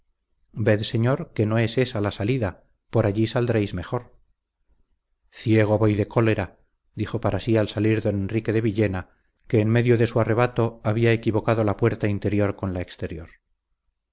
ved señor que no es ésa la salida por allí saldréis mejor ciego voy de cólera dijo para sí al salir don enrique de villena que en medio de su arrebato había equivocado la puerta interior con la exterior